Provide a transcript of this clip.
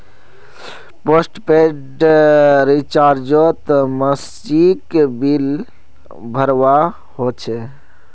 postpaid रिचार्जोत मासिक bill भरवा होचे